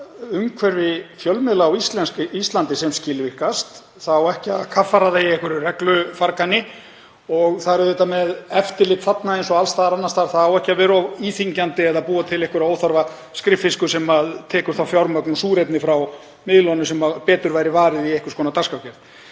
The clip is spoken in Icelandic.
hafa umhverfi fjölmiðla á Íslandi sem skilvirkast. Það á ekki að kaffæra það með einhverju reglufargani. Og það er auðvitað með eftirlit þarna eins og alls staðar annars staðar að það á ekki að vera of íþyngjandi eða að búa til einhverja óþarfa skriffinnsku sem tekur þá fjármagn og súrefni frá miðlunum sem betur væri varið í einhvers konar dagskrárgerð.